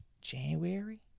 january